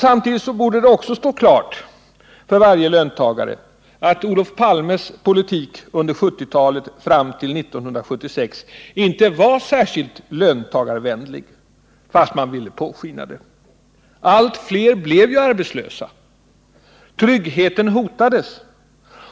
Samtidigt borde det stå klart för varje löntagare att Olof Palmes politik under 1970-talet fram till 1976 inte var särskilt löntagarvänlig, fast man ville låta påskina det. Allt fler blev ju arbetslösa. Tryggheten hotades.